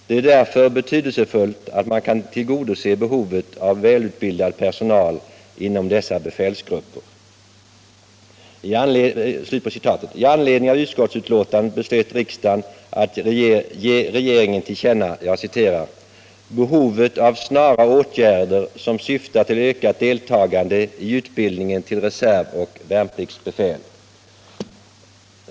Det är därför betydelsefullt att man kan tillgodose behovet av välutbildad personal inom dessa befälsgrupper.” I anledning av utskottsbetänkandet beslöt riksdagen att ge regeringen till känna ”behovet av snara åtgärder som syftar till ökat deltagande i utbildningen till reservoch värnpliktsbefäl”.